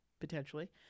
potentially